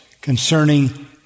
concerning